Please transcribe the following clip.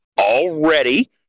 already